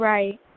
Right